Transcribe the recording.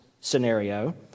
scenario